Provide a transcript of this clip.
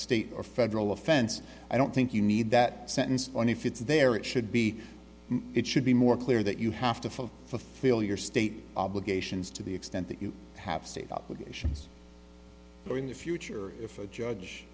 state or federal offense i don't think you need that sentence and if it's there it should be it should be more clear that you have to file for failure state obligations to the extent that you have state obligations so in the future if a judge